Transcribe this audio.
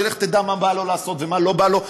שלך תדע מה בא לו לעשות ומה לא בא לו,